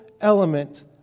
element